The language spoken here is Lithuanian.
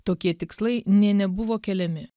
tokie tikslai nė nebuvo keliami